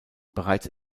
bereits